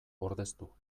ordeztu